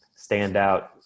standout